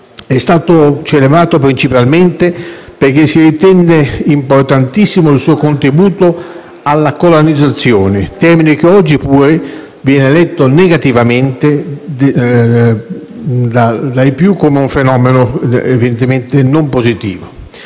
È stato celebrato principalmente perché si ritenne importantissimo il suo contributo alla colonizzazione - termine che oggi viene letto dai più come evidentemente non positivo